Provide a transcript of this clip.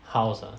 house ah